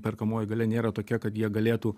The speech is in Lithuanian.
perkamoji galia nėra tokia kad jie galėtų